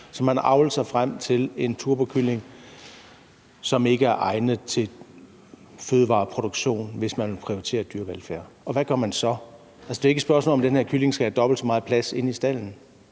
så man har avlet sig frem til en turbokylling, som ikke er egnet til fødevareproduktion, hvis man vil prioritere dyrevelfærd. Og hvad gør man så? Altså, det er jo ikke et spørgsmål om, at den her kylling skal have dobbelt så meget plads inde i stalden.